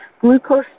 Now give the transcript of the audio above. glucose